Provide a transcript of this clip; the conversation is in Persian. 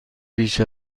بیش